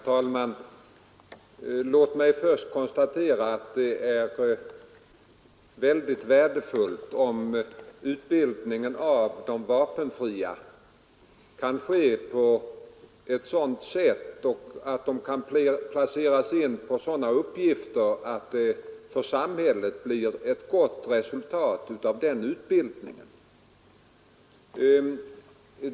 Herr talman! Låt mig först konstatera att det är väldigt värdefullt om utbildningen av de vapenfria kan ske på ett sådant sätt och att de kan placeras in på sådana uppgifter att det för samhället blir ett gott resultat av utbildningen.